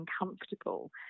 uncomfortable